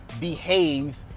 behave